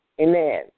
Amen